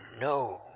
no